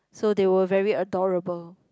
so they were very adorable